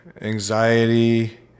anxiety